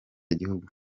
gihugu